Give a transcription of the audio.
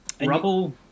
Rubble